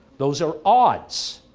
those are odds,